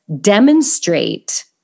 demonstrate